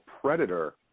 Predator